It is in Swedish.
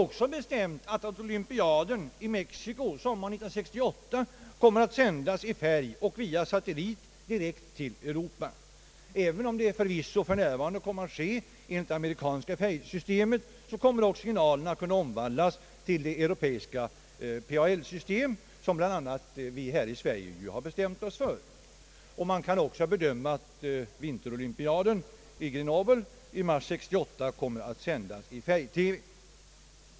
Olympiaden i Mexiko sommaren 1968 kommer att sändas i färg och via satellit direkt till Europa. Även om sändningen sker enligt det amerikanska systemet för färg-TV kommer signalerna att kunna omvandlas till det europeiska PAL-system som ju bl.a. vi här i Sverige har bestämt oss för. Man kan också utgå från att vinterolympiaden i Grenoble i mars 1968 kommer att sändas i färg-TV.